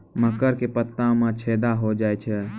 मकर के पत्ता मां छेदा हो जाए छै?